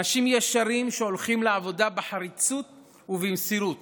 אנשים ישרים שהולכים לעבודה בחריצות ובמסירות